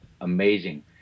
amazing